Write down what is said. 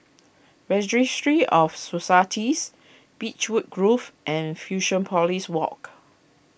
Registry of Societies Beechwood Grove and Fusionopolis Walk